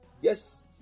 Yes